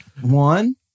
One